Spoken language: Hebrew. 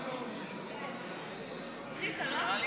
מיצית, לא?